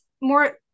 more